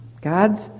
God's